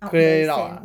clear it out ah